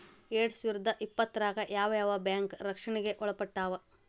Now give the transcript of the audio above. ಎರ್ಡ್ಸಾವಿರ್ದಾ ಇಪ್ಪತ್ತ್ರಾಗ್ ಯಾವ್ ಯಾವ್ ಬ್ಯಾಂಕ್ ರಕ್ಷ್ಣೆಗ್ ಒಳ್ಪಟ್ಟಾವ?